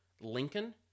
Lincoln